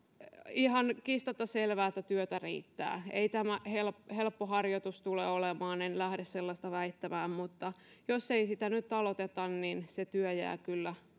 ihan kiistatta selvää että työtä riittää ei tämä helppo helppo harjoitus tule olemaan en lähde sellaista väittämään mutta jos ei sitä nyt aloiteta niin se työ jää kyllä